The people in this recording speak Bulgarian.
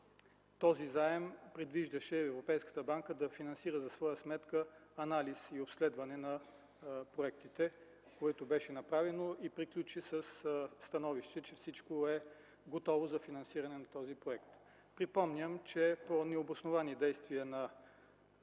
този заем предвиждаше Европейската банка да финансира за своя сметка анализ и обследване на проектите, което беше направено, и приключи със становище, че всичко е готово за финансиране на този проект. Припомням, че по необосновани действия на